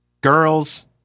Girls